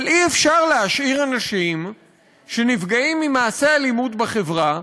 אבל אי-אפשר להשאיר אנשים שנפגעים ממעשי אלימות בחברה,